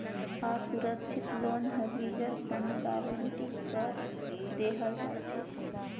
असुरक्छित लोन हर बिगर कोनो गरंटी कर देहल जाथे